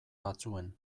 batzuen